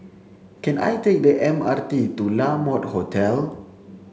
can I take the M R T to La Mode Hotel